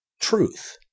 Truth